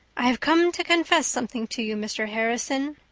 i've come to confess something to you, mr. harrison,